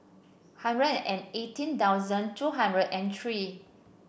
hundred and eighteen thousand two hundred and three